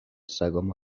سگامو